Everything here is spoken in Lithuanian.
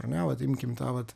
ar ne vat imkim tą vat